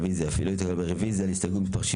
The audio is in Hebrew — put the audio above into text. הצבעה הרוויזיה לא נתקבלה הרוויזיה לא התקבלה.